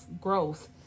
growth